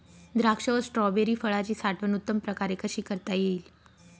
द्राक्ष व स्ट्रॉबेरी फळाची साठवण उत्तम प्रकारे कशी करता येईल?